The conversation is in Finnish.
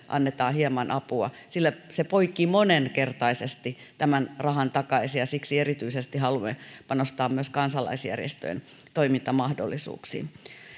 annetaan hieman apua poikii moninkertaisesti tämän rahan takaisin siksi erityisesti haluamme panostaa myös kansalaisjärjestöjen toimintamahdollisuuksiin